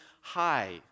high